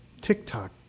TikTok